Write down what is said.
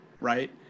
right